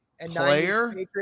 player